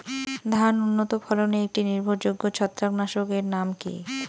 ধান উন্নত ফলনে একটি নির্ভরযোগ্য ছত্রাকনাশক এর নাম কি?